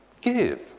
give